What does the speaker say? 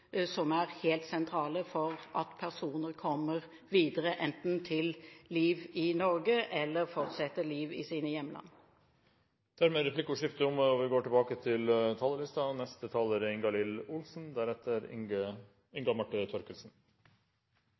som er helt sentrale for at personer kommer videre, enten til et liv i Norge eller de fortsetter livet i sine hjemland. Replikkordskiftet er dermed omme. Fremskrittspartiets Ørsal Johansen etterlyste fakta i sitt innlegg. Han hevet seg til de store høyder og konkluderte med at Fremskrittspartiet ikke er